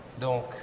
Donc